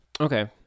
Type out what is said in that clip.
Okay